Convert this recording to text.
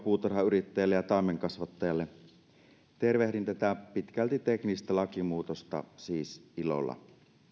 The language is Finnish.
puutarhayrittäjälle ja taimenkasvattajalle tervehdin tätä pitkälti teknistä lakimuutosta siis ilolla